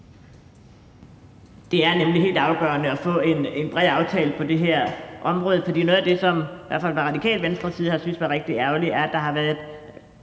Det er nemlig helt afgørende at få en bred aftale på det her område, for der er i hvert fald noget, som vi fra Radikale Venstres side har syntes var rigtig ærgerligt. Alle flertal er jo